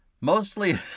mostly